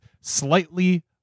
slightly